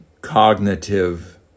cognitive